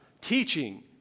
Teaching